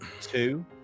two